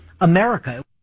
America